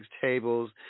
tables